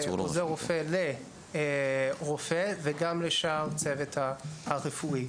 עוזר רופא לרופא ולשאר הצוות הרפואי.